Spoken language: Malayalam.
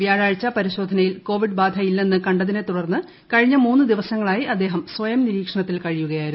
വ്യാഴാഴ്ച പരിശോധനയിൽ കോവിഡ് ബാധയില്ലെന്ന് കണ്ടതിനെ തുടർന്ന് കഴിഞ്ഞ മൂന്നു ദിവസങ്ങളായി അദ്ദേഹം സ്വയം നിരീക്ഷണത്തിൽ കഴിയുകയായിരുന്നു